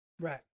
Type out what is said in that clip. Right